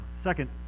Second